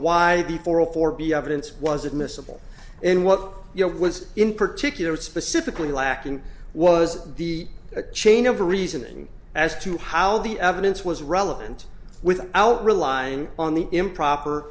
hundred four b evidence was admissible in what was in particular specifically lacking was the chain of reasoning as to how the evidence was relevant without relying on the improper